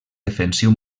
defensiu